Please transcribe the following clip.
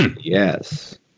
Yes